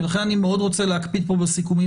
לכן אני מאוד רוצה להקפיד כאן בסיכומים